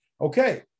Okay